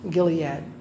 Gilead